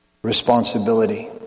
responsibility